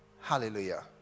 Hallelujah